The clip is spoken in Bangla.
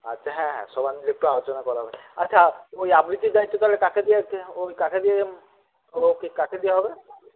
আচ্ছা হ্যাঁ হ্যাঁ সবাই মিলে একটু আলোচনা করা আচ্ছা ওই আবৃত্তির দায়িত্ব তাহলে কাকে দিয়ে ওই কাকে দিয়ে ওকে কাকে দিয়ে হবে